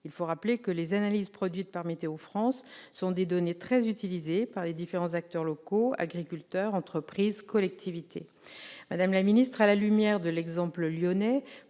Il faut rappeler que les analyses produites par Météo-France sont des données très utilisées par les différents acteurs locaux : agriculteurs, entreprises, collectivités. Madame la secrétaire d'État, à la lumière de l'exemple lyonnais,